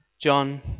John